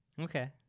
Okay